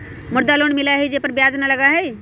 मुद्रा लोन मिलहई जे में ब्याज न लगहई?